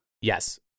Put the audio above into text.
Yes